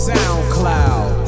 SoundCloud